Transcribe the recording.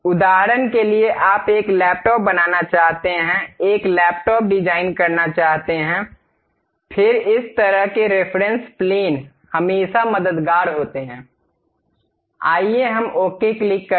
उदाहरण के लिए आप एक लैपटॉप बनाना चाहते हैं एक लैपटॉप डिज़ाइन करना चाहते हैं फिर इस तरह के रेफरेंस प्लेन हमेशा मददगार होते हैं आइए हम ओके क्लिक करें